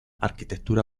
arquitectura